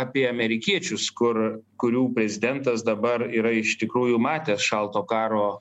apie amerikiečius kur kurių prezidentas dabar yra iš tikrųjų matęs šalto karo